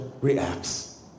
reacts